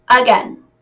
Again